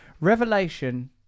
Revelation